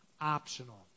optional